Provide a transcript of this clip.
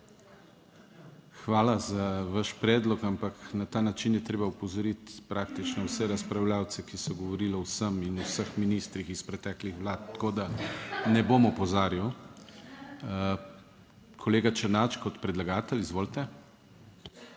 Hvala za vaš predlog, ampak na ta način je treba opozoriti praktično vse razpravljavce, ki so govorili o vsem in o vseh ministrih iz preteklih vlad, tako da ne bom opozarjal. Kolega Černač kot predlagatelj, izvolite.